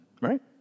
right